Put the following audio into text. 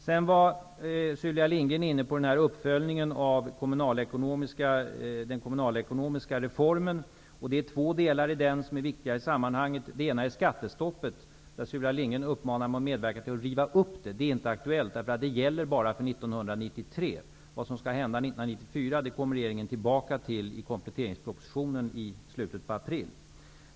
Sylvia Lindgren var inne på uppföljningen av den kommunalekonomiska reformen. Där är det två delar som är viktiga. Den ena är skattestoppet. Sylvia Lindgren uppmanade mig att medverka till att riva upp det. Det är inte aktuellt, därför att stoppet bara gäller för 1993. Vad som skall hända 1994 kommer regeringen tillbaka till i kompletteringspropositionen i slutet av april.